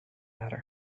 hatter